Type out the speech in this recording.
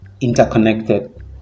interconnected